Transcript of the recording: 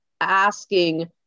asking